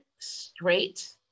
straight